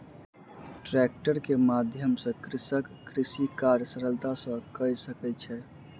tractor के माध्यम सॅ कृषक कृषि कार्य सरलता सॅ कय सकै छै